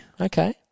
Okay